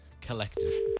Collective